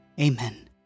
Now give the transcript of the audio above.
Amen